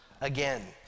again